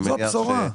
זאת שורה.